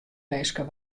minsken